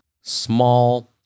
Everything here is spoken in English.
small